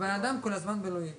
ניהלנו כאן דיון ארוך